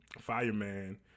Fireman